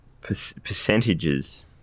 percentages